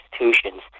institutions